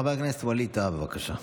חבר הכנסת ווליד טאהא, בבקשה.